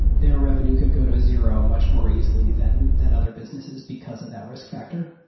their revenue could go to zero much more easily than than other businesses because of that risk factor.